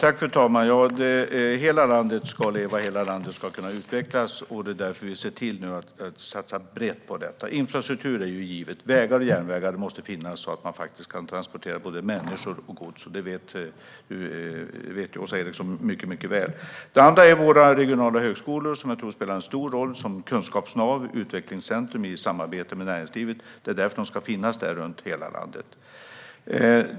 Fru talman! Hela landet ska leva, och hela landet ska kunna utvecklas. Det är därför vi ser till att satsa brett på detta. Infrastruktur är givet. Vägar och järnvägar måste finnas så att man kan transportera både människor och gods. Det vet Åsa Eriksson mycket väl. Det är det första. Det andra är våra regionala högskolor, som jag tror spelar en stor roll som kunskapsnav och utvecklingscentrum i samarbete med näringslivet. Det är därför de ska finnas runt om i hela landet.